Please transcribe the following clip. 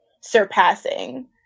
surpassing